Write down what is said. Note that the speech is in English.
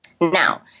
Now